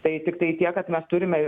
tai tiktai tiek kad mes turime